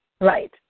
Right